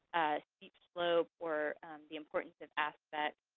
a steep slope, or the importance of aspect.